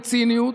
בציניות,